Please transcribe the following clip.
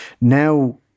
Now